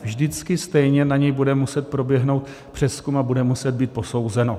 Vždycky stejně na něj bude muset proběhnout přezkum a bude muset být posouzeno.